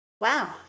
Wow